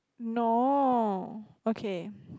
no okay